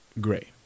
Gray